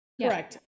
Correct